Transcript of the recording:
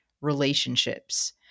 relationships